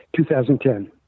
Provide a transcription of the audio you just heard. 2010